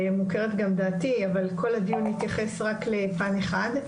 דעתי, אבל כל הדיון התייחס רק לפן אחד,